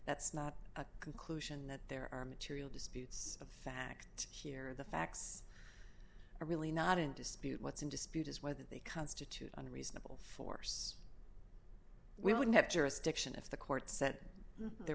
that's not a conclusion that there are material disputes of fact here are the facts are really not in dispute what's in dispute is whether they constitute unreasonable force we would have jurisdiction if the court said there